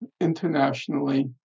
internationally